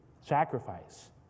sacrifice